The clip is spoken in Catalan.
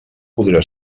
podrà